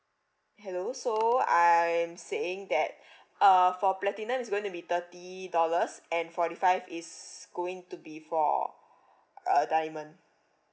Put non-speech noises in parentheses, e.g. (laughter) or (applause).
hello so I'm saying that (breath) uh for platinum it's going to be thirty dollars and forty five is going to be for uh diamond